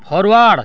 forward